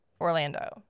Orlando